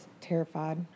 terrified